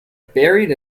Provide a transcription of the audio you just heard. buried